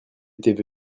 étaient